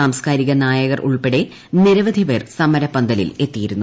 സാംസ്കാരിക നായകർ ഉൾപ്പെടെ നിരവധി പേർ സമരപ്പന്തലിൽ എത്തിയിരുന്നു